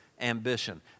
ambition